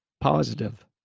positive